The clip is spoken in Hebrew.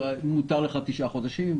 מותר לך תשעה חודשים,